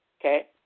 okay